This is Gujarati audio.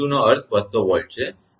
2 નો અર્થ 200 Volt છે